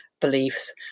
beliefs